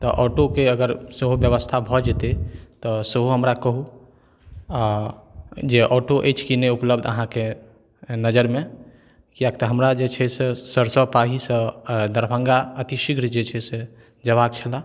तऽ ऑटोके अगर सेहो व्यवस्था भऽ जेतै तऽ सेहो हमरा कहू आओर जे ऑटो अछि कि नहि उपलब्ध अहाँके नजरिमे किएक तऽ हमरा जे छै से सरिसब पाहीसँ दरभङ्गा अति शीघ्र जे छै से जेबाके छलै